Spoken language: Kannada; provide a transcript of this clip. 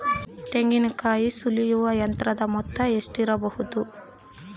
ತೆಂಗಿನಕಾಯಿ ಸುಲಿಯುವ ಯಂತ್ರದ ಮೊತ್ತ ಎಷ್ಟಿರಬಹುದು?